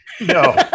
no